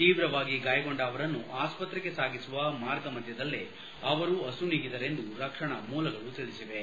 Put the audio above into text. ತೀವ್ರವಾಗಿ ಗಾಯಗೊಂಡ ಅವರನ್ನು ಆಸ್ಪತ್ರೆಗೆ ಸಾಗಿಸುವ ಮಾರ್ಗ ಮಧ್ಯದಲ್ಲೇ ಅವರು ಅಸುನೀಗಿದರೆಂದು ರಕ್ಷಣಾ ಮೂಲಗಳು ತಿಳಿಸಿವೆ